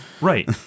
Right